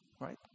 right